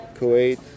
Kuwait